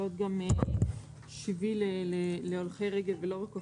גם שביל להולכי רגל ולא רק אופניים,